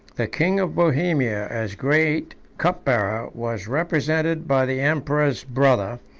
the king of bohemia, as great cup-bearer, was represented by the emperor's brother,